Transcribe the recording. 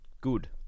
good